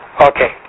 Okay